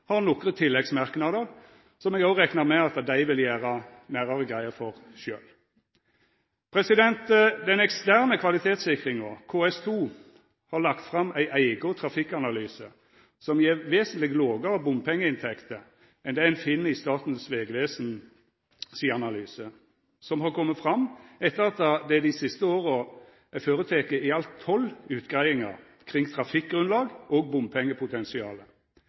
har nokre tilleggsmerknader, som eg òg reknar med at dei vil gjera nærare greie for sjølve. Den eksterne kvalitetssikringa, KS2, har lagt fram ein eigen trafikkanalyse som gjev vesentleg lågare bompengeinntekter enn det ein finn i Statens vegvesen sin analyse, som har kome fram etter at det dei siste åra er føreteke i alt tolv utgreiingar kring trafikkgrunnlag og